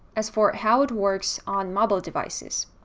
as for how it works on mobile devices,